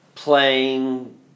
Playing